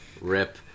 Rip